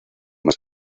más